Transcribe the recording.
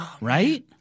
Right